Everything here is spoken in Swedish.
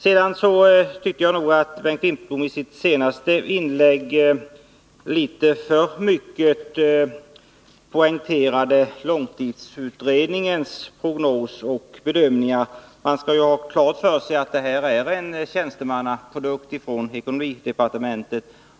Bengt Wittbom poängterade i sitt senaste inlägg litet för mycket långtidsutredningens prognos och bedömningar. Man skall ha klart för sig att det är en tjänstemannaprodukt från ekonomidepartementet.